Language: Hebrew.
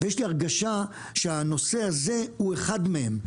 יש לי הרגשה שהנושא הזה הוא אחד מהם,